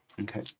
Okay